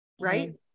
Right